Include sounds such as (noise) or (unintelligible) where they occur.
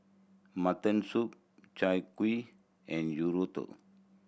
mutton soup Chai Kueh and (unintelligible)